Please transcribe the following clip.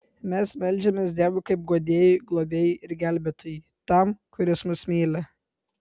mes meldžiamės dievui kaip guodėjui globėjui ir gelbėtojui tam kuris mus myli